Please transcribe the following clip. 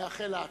ונאחל לה הצלחה.